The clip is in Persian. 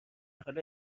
حال